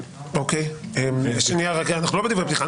אנחנו לא בדברי פתיחה,